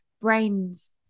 brains